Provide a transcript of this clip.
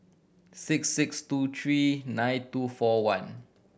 six six two three nine two four one